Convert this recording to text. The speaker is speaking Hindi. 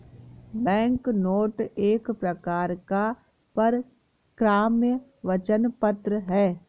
बैंकनोट एक प्रकार का परक्राम्य वचन पत्र है